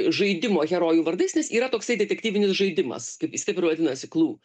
žaidimo herojų vardais nes yra toksai detektyvinis žaidimas kaip jis taip ir vadinasi klu